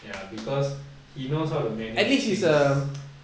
ya because he knows how to manage things